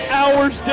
hours